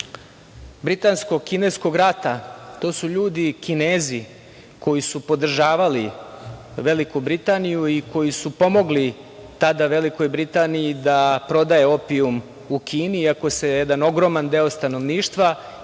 Britansko – Kineskog rata, to su ljudi Kinezi koji su podržavali Veliku Britaniju i koji su pomogli tada Velikoj Britaniji da prodaje opijum u Kini, iako se jedan ogroman deo stanovništva i vlasti